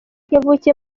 yavukiye